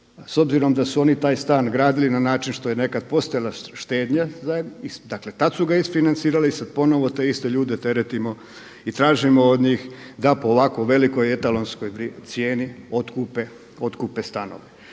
s obzirom da su oni taj stan gradili na način što je nekada postojala štednja, dakle tada su ga isfinancirali i sada ponovo te iste ljude teretimo i tražimo od njih da po ovako velikoj etalonskoj cijeni otkupe stanove.